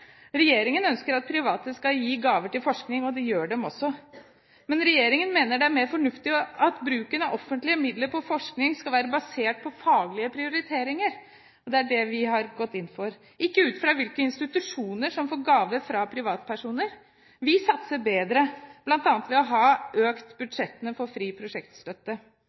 Regjeringen ønsker at private skal gi gaver til forskning, og det gjør de også, men regjeringen mener det er mer fornuftig at bruken av offentlige midler til forskning skal være basert på faglige prioriteringer – ikke ut fra hvilke institusjoner som får gaver fra privatpersoner – og det er det vi har gått inn for. Vi satser bedre, bl.a. ved å ha økt budsjettene for fri prosjektstøtte.